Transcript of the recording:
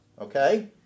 okay